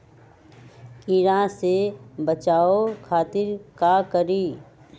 कीरा से बचाओ खातिर का करी?